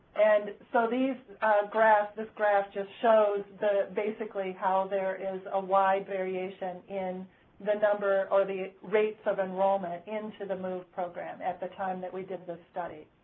and so these graphs, this graph just shows the basically how there is a wide variation in the number or the rates of enrollment into the move program at the time that we did this study.